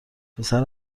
پسر